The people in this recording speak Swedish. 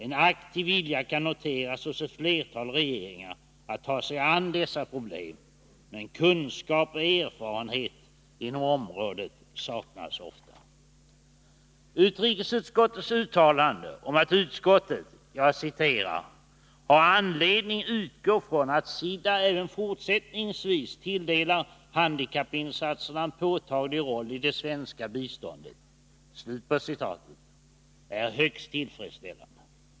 En aktiv vilja kan noteras hos ett flertal regeringar att ta sig an dessa problem, men kunskap och erfarenhet inom området saknas ofta. Utrikesutskottets uttalande om att utskottet ”har anledning utgå från att SIDA även fortsättningsvis tilldelar handikappinsatserna en påtaglig roll i det svenska biståndet” är högst tillfredsställande.